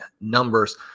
numbers